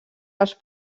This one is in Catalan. els